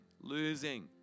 losing